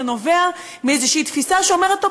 זה נובע מאיזושהי תפיסה שאומרת: טוב,